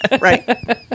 right